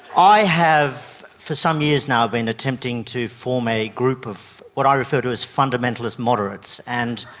i have for some years now been attempting to form a group of what i refer to as fundamentalist moderates, and